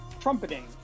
trumpeting